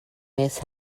miss